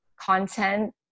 content